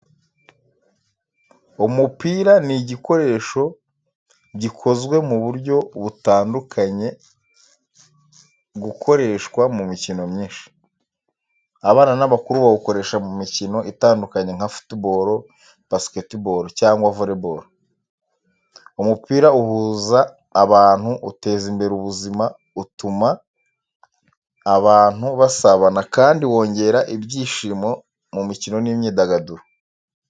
Umupira ni igikoresho gikozwe mu buryo butandukanye gukoreshwa mu mikino myinshi. Abana n’abakuru bawukoresha mu mikino itandukanye nka football, basketball cyangwa volleyball. Umupira uhuza abantu, uteza imbere ubuzima, utuma abantu basabana kandi wongera ibyishimo mu mikino n’imyidagaduro.